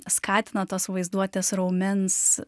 skatina tos vaizduotės raumens